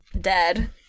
Dead